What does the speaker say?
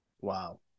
wow